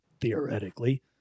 theoretically